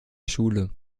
schule